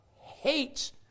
hates